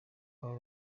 abo